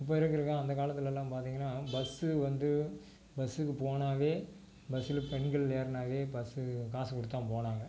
இப்போ இருக்கிற கா அந்த காலத்திலெல்லாம் பார்த்தீங்கன்னா பஸ்ஸு வந்து பஸ்ஸுக்கு போனாலே பஸ்ஸில் பெண்கள் ஏறுனாலே பஸ்ஸு காசுக் கொடுத்து தான் போனாங்க